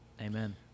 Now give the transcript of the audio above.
amen